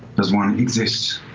does one exist?